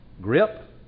Grip